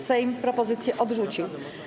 Sejm propozycje odrzucił.